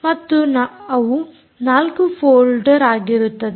ಮತ್ತು ಅವು 4 ಫೋಲ್ಡ್ಆಗಿರುತ್ತದೆ